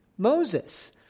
Moses